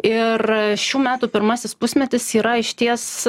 ir šių metų pirmasis pusmetis yra išties